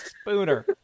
Spooner